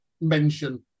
mention